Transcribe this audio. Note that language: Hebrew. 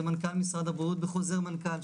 זה מנכ"ל משרד הבריאות בחוזר מנכ"ל.